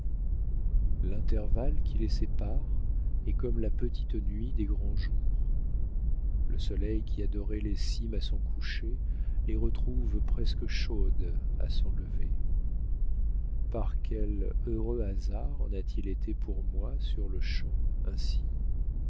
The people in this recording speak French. l'intervalle qui les sépare est comme la petite nuit des grands jours le soleil qui a doré les cimes à son coucher les retrouve presque chaudes à son lever par quel heureux hasard en a-t-il été pour moi sur-le-champ ainsi